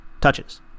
touches